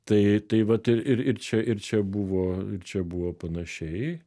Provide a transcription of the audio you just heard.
tai tai vat ir ir čia ir čia buvo ir čia buvo panašiai